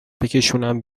بکشونم